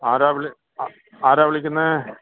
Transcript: ആരാണ് വിളി ആ ആരാണ് വിളിക്കുന്നത്